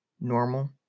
normal